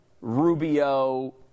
Rubio